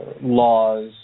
laws